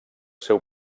seu